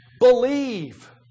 believe